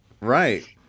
Right